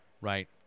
right